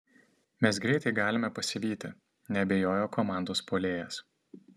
mes greitai galime pasivyti neabejojo komandos puolėjas